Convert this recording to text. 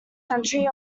century